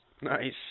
Nice